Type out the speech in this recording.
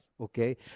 Okay